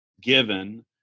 given